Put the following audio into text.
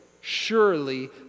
surely